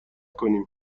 کنیم